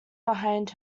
behind